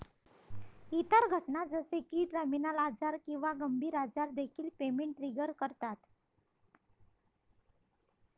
इतर घटना जसे की टर्मिनल आजार किंवा गंभीर आजार देखील पेमेंट ट्रिगर करतात